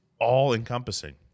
all-encompassing